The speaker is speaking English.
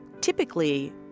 Typically